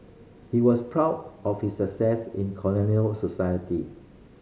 he was proud of his success in colonial society